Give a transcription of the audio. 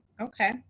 Okay